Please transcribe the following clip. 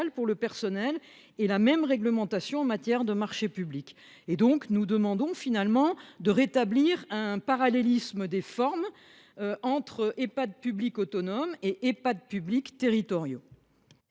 pour le personnel et à la même réglementation en matière de marché public. Nous demandons donc de rétablir un parallélisme des formes entre Ehpad publics autonomes et Ehpad publics territoriaux.